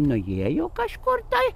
nuėjo kažkur tai